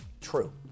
True